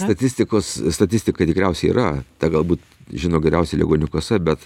statistikos statistika tikriausiai yra tą galbūt žino geriausiai ligonių kasa bet